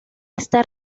está